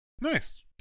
Nice